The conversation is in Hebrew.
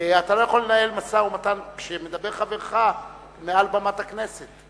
אתה לא יכול לנהל משא-ומתן כשמדבר חברך מעל במת הכנסת.